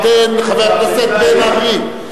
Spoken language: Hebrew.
"בעדין" חבר הכנסת בן-ארי.